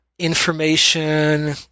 Information